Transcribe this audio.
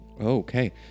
Okay